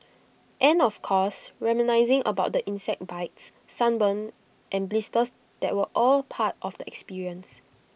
and of course reminiscing about the insect bites sunburn and blisters that were all part of the experience